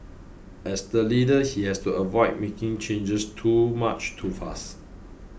as the leader he has to avoid making changes too much too fast